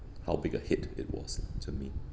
how big a hit it was to me